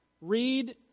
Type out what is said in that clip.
Read